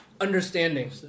understanding